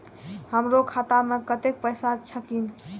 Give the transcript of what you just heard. हमरो खाता में कतेक पैसा छकीन?